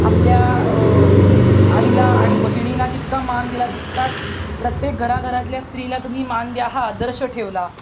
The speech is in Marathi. आपल्या आईला आणि बहिणीला जितका मान दिला तितकाच प्रत्येक घराघरातल्या स्त्रीला तुम्ही मान द्या हा आदर्श ठेवला